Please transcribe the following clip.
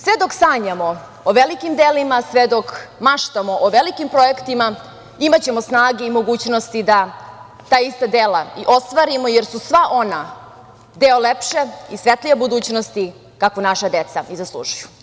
Sve dok sanjamo o velikim delima, sve dok maštamo o velikim projektima, imaćemo snage i mogućnost da ta ista dela i ostvarimo, jer su sva ona deo lepše i svetlije budućnosti, kako naša deca i zaslužuju.